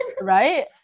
right